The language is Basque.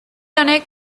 honek